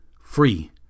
free